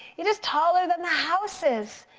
it is taller than the houses.